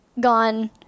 gone